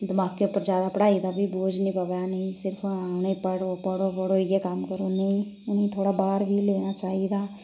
दमाकै पर जादै पढ़ाई दा बी बोझ निं पवै उ'नेंगी उ''नें गी आक्खो कि पढ़ो पढ़ो इ'यै कम्म करो नेईं इनेंगी थोह्ड़ा बाहर बी लैना चाहिदा